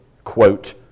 quote